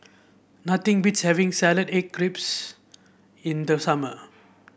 nothing beats having egg grips in the summer